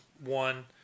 one